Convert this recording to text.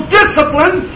discipline